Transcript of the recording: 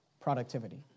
productivity